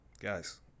Guys